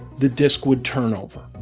the disc would turn over,